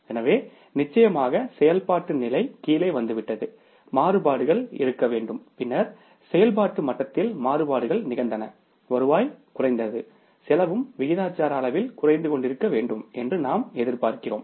எனவே நிச்சயமாக செயல்பாட்டு நிலை கீழே வந்துவிட்டது மாறுபாடுகள் இருக்க வேண்டும் பின்னர் செயல்பாட்டு மட்டத்தில் மாறுபாடுகள் நிகழ்ந்தன வருவாய் குறைந்தது செலவும் விகிதாசார அளவில் குறைந்து கொண்டிருக்க வேண்டும் என்று நாம் எதிர்பார்க்கிறோம்